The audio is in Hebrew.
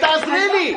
אז תעזרי לי.